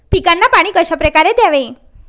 पिकांना पाणी कशाप्रकारे द्यावे?